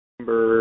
Number